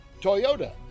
Toyota